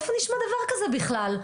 איפה נשמע דבר כזה בכלל?